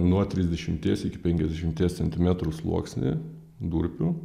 nuo trisdešimties iki penkiasdešimties centimetrų sluoksnį durpių